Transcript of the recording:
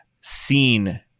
seen